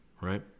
right